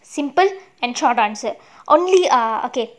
simple and short answer only err okay